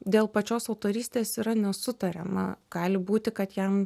dėl pačios autorystės yra nesutariama gali būti kad jam